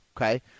Okay